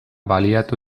baliatu